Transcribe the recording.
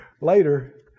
later